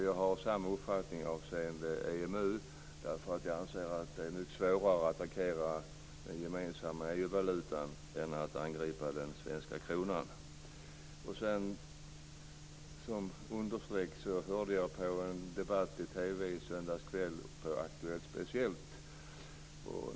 Jag har samma uppfattning avseende EMU, för jag anser att det är mycket svårare att attackera den gemensamma EU-valutan än att angripa den svenska kronan. Som understreck kan jag säga att jag lyssnade på en debatt i TV i söndags kväll. Det var Aktuellt Speciellt.